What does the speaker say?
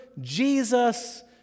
Jesus